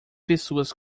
pessoas